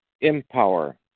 Empower